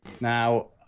now